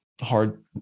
hard